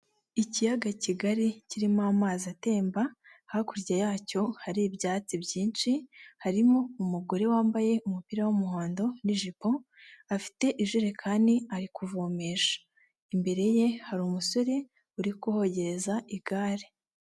Ikiyaga kigari kirimo amazi atemba, hakurya yacyo hari ibyatsi byinshi harimo umugore wambaye umupira w'umuhondo n'ijipo, afite ijerekani ari kuvomesha, imbere ye hari umusore uri kuhogereza igare.